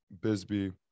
Bisbee